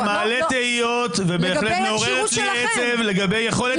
-- זה מעלה תהיות ובהחלט מעורר אצלי עצב לגבי יכולת